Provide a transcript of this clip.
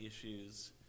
issues